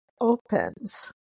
opens